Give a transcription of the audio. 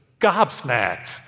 gobsmacked